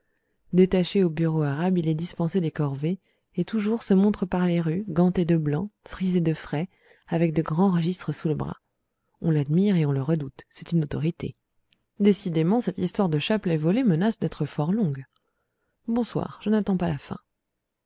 détaché au bureau arabe il est dispensé des corvées et toujours se montre par les rues ganté de blanc frisé de frais avec de grands registres sous le bras on l'admire et on le redoute c'est une autorité décidément cette histoire de chapelet volé menace d'être fort longue bonsoir je n'attends pas la fin